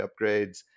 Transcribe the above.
upgrades